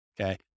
Okay